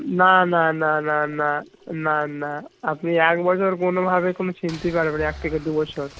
না না না না না না না আপনি এক বছর কোনোভাবে কোনো ছিঁড়তেই পারবে না এক থেকে দুবছর